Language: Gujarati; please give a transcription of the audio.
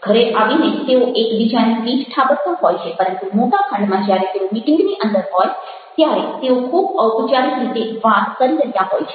ઘરે આવીને તેઓ એકબીજાની પીઠ થાબડતા હોય છે પરંતુ મોટા ખંડમાં જ્યારે તેઓ મીટિંગની અંદર હોય ત્યારે તેઓ ખૂબ ઔપચારિક રીતે વાત કરી રહ્યા હોય છે